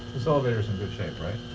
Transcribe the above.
this elevators in good shape right?